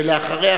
ואחריה,